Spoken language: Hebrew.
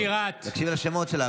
להקשיב למזכיר, להקשיב להקראת השמות.